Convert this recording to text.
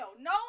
No